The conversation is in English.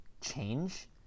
change